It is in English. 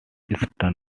eastern